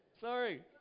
Sorry